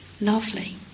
Lovely